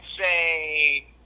say